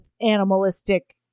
animalistic